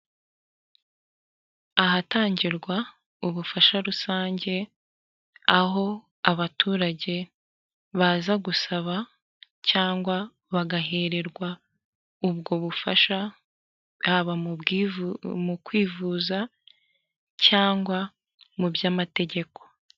Ahatangirwa ubufasha rusange aho abaturage baza gusaba cyangwa bagahererwa ubwo bufasha bwaba mu kwivuza cyangwa mu by'amategeko.